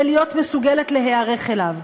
להיות מסוגלת להיערך אליו.